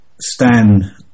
Stan